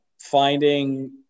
Finding